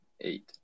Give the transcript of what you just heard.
eight